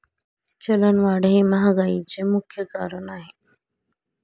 चलनवाढ हे महागाईचे मुख्य कारण आहे